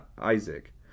Isaac